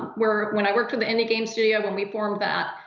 where when i worked with the indie game studio, when we formed that,